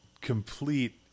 complete